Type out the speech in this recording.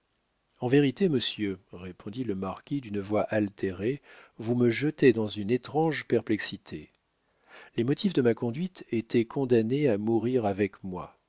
en vérité monsieur répondit le marquis d'une voix altérée vous me jetez dans une étrange perplexité les motifs de ma conduite étaient condamnés à mourir avec moi